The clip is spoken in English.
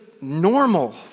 normal